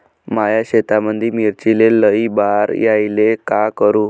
माया शेतामंदी मिर्चीले लई बार यायले का करू?